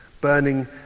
Burning